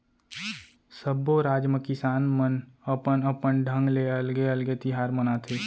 सब्बो राज म किसान मन अपन अपन ढंग ले अलगे अलगे तिहार मनाथे